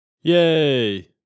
Yay